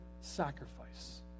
sacrifice